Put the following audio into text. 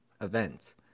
events